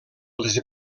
les